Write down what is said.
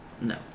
No